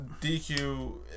DQ